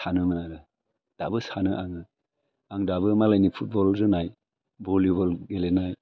सानोमोन आरो दाबो सानो आङो आं दाबो मालायनि फुटबल जोनाय भलिबल गेलेनाय